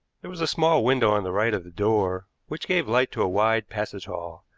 there was a small window on the right of the door which gave light to a wide passage hall,